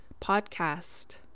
podcast